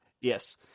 Yes